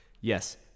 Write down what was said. Yes